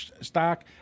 stock